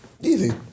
Easy